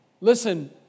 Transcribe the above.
Listen